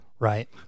Right